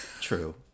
True